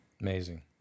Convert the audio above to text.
Amazing